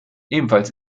ebenfalls